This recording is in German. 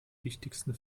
wichtigsten